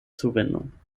zuwendung